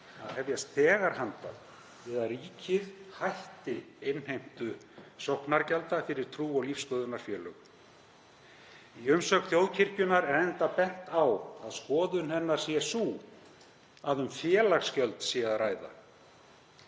að hefjast þegar handa við að ríkið hætti innheimtu sóknargjalda fyrir trú- og lífsskoðunarfélög. Í umsögn þjóðkirkjunnar er enda bent á að skoðun hennar sé sú að um félagsgjöld sé að ræða.